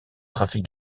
trafic